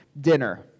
dinner